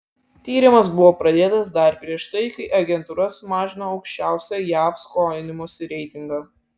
tyrimas buvo pradėtas dar prieš tai kai agentūra sumažino aukščiausią jav skolinimosi reitingą